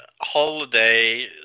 holiday